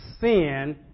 sin